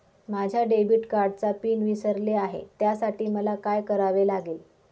माझ्या डेबिट कार्डचा पिन विसरले आहे त्यासाठी मला काय करावे लागेल?